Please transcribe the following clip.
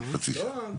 לשער,